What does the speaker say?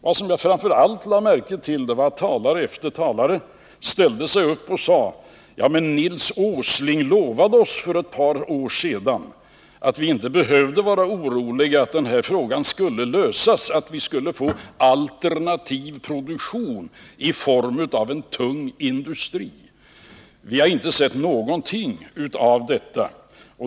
Vad jag framför allt lade märke till var att talare efter talare ställde sig upp och sade: Ja, men Nils Åsling lovade oss för ett par år sedan att vi inte behövde vara oroliga. Den här frågan skulle lösas så att vi får en alternativ produktion i form av en tung industri. Vi har inte sett någonting av detta.